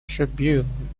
tribune